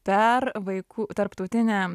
per vaikų tarptautinę